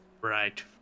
Right